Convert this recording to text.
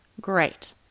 Great